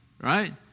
right